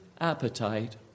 appetite